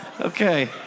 Okay